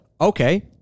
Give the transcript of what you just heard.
okay